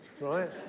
right